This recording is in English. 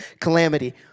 calamity